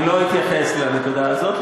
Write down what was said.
אני לא אתייחס לנקודה הזאת,